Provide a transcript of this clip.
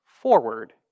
forward